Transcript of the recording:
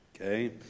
Okay